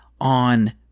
on –